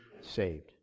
saved